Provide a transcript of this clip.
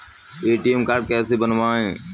ATM card कैसे बनवाएँ?